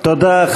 תודה.